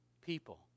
People